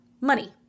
money